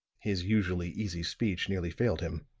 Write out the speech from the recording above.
his usually easy speech nearly failed him.